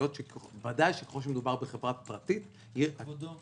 ודאי ככל שמדובר בחברה פרטית -- כבודו,